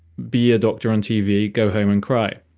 be a doctor on tv. go home and cry.